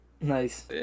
Nice